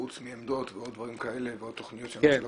חוץ מעמדות ועוד דברים כאלה ועוד תכניות שהממשלה עושה,